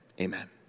amen